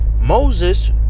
Moses